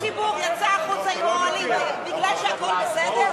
הציבור יצא החוצה עם אוהלים בגלל שהכול בסדר?